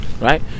right